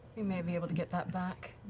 we may be able to get that back.